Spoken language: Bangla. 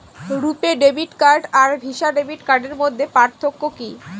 রূপে ডেবিট কার্ড আর ভিসা ডেবিট কার্ডের মধ্যে পার্থক্য কি?